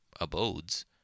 abodes